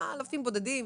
כמה אלפים בודדים.